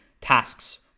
tasks